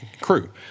crew